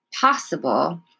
possible